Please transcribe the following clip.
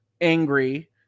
angry